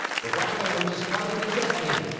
the wagon which is coming to get me.